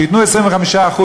שייתנו 25%,